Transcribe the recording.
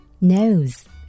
Nose